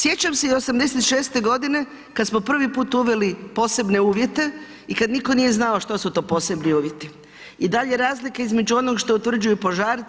Sjećam se i '86. g. kada smo prvi put uveli posebne uvjete i kada nitko nije znao što su to posebni uvjeti i dalje razlika između onoga što utvrđuju požari,